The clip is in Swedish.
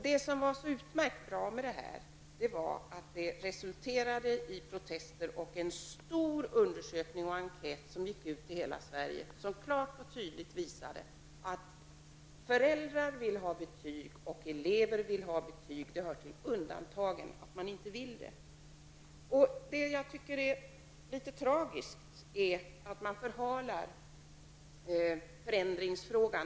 Det som var utmärkt bra med detta var att det resulterade i protester och en stor undersökning med en enkät som gick ut till hela Sverige vilken klart och tydligt visade att föräldrar och elever vill ha betyg. Att man inte vill ha det hör till undantagen. Jag tycker det är litet tragiskt att man förhalar förändringar.